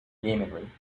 yeomanry